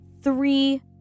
three